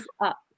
up